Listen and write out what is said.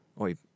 Oi